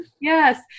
Yes